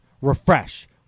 refresh